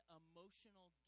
emotional